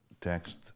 text